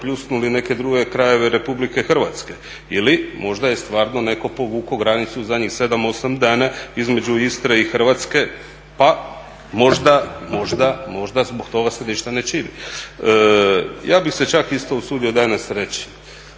zapljusnuli neke druge krajeve RH ili možda je stvarno netko povukao granicu zadnjih 7, 8 dana između Istre i Hrvatske pa možda zbog toga se ništa ne čini. Ja bih se čak isto usudio danas reći,